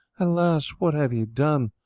alas! what have ye done?